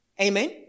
Amen